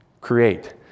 create